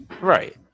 Right